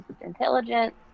intelligence